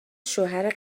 شوهر